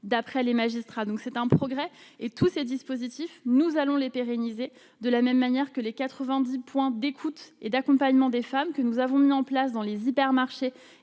d'après les magistrats, donc c'est un progrès et tous ces dispositifs, nous allons les pérenniser, de la même manière que les 90 points d'écoute et d'accompagnement des femmes que nous avons mis en place dans les hypermarchés